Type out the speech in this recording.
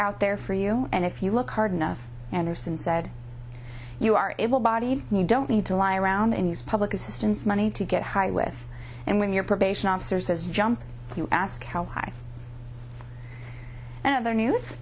out there for you and if you look hard enough anderson said you are able bodied and you don't need to lie around and use public assistance money to get high with and when your probation officer says jump you ask how high and other news